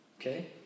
Okay